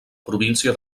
província